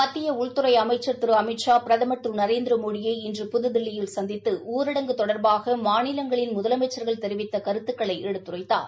மத்திய உள்துறை அமைச்சி திரு அமித்ஷா பிரதமா் திரு நநரேந்திரமோடியை இன்று புதுதில்லியில் சந்தித்து ஊரடங்கு தொடர்பாக மாநிலங்ளின் முதலமைச்சர்கள் தெரிவித்த கருத்துக்களை எடுத்துரைத்தார்